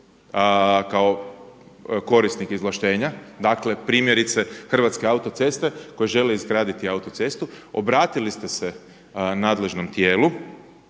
kao korisnik izvlaštenja, dakle primjerice Hrvatske autoceste koje žele izgraditi autocestu obratili ste se nadležnom tijelu,